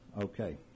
Okay